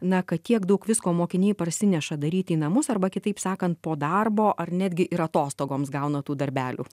na kad tiek daug visko mokiniai parsineša daryti į namus arba kitaip sakant po darbo ar netgi ir atostogoms gauna tų darbelių